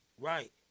Right